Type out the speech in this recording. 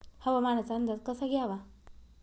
हवामानाचा अंदाज कसा घ्यावा?